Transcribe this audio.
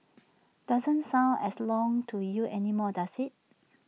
doesn't sound as long to you anymore does IT